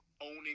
owning